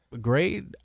Grade